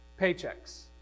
Paychecks